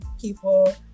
people